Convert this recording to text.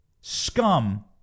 scum